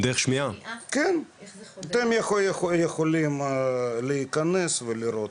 אתם יכולים להיכנס לראות,